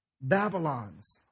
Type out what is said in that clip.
Babylons